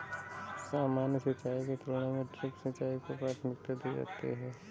सामान्य सिंचाई की तुलना में ड्रिप सिंचाई को प्राथमिकता दी जाती है